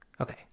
Okay